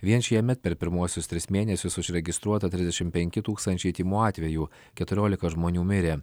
vien šiemet per pirmuosius tris mėnesius užregistruota trisdešim penki tūkstančiai tymų atvejų keturiolika žmonių mirė